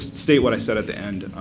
state what i said at the end.